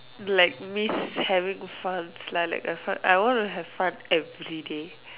like miss having funs lah like uh fun I want to have fun everyday